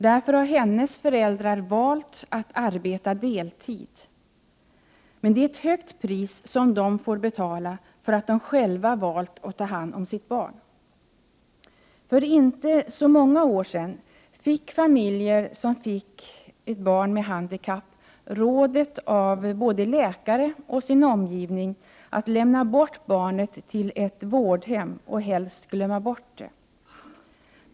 Därför har hennes föräldrar valt att arbeta deltid men det är ett högt pris som de får betala för att de själva valt att ta hand om sitt barn. För inte så många år sedan råddes familjer som fick ett barn med handikapp av både läkare och omgivningen att lämna bort sitt barn till ett vårdhem och helst glömma dess existens.